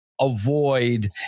Avoid